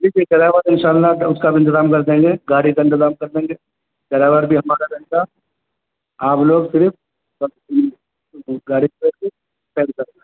جی جی ڈرائیور ان شاء اللہ اس کا بھی انتظام کر دیں گے گاڑی کا انتظام کر دیں گے ڈرائیور بھی ہمارا رہے گا آپ لوگ صرف